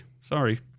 Sorry